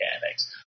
mechanics